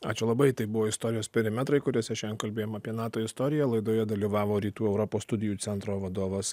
ačiū labai tai buvo istorijos perimetrai kuriuose šiandien kalbėjom apie nato istoriją laidoje dalyvavo rytų europos studijų centro vadovas